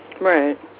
Right